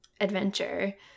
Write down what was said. adventure